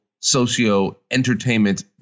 socio-entertainment